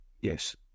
Yes